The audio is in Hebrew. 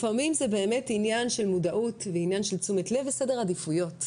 לפעמים זה באמת עניין של מודעות ועניין של תשומת לב וסדרי עדיפויות.